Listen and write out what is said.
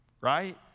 right